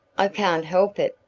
i can't help it!